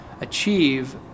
achieve